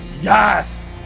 Yes